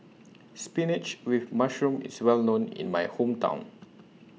Spinach with Mushroom IS Well known in My Hometown